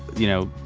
you know,